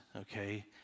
okay